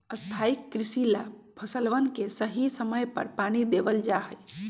स्थाई कृषि ला फसलवन के सही समय पर पानी देवल जा हई